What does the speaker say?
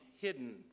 hidden